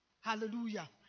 Hallelujah